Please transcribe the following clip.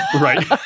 Right